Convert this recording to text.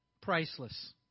Priceless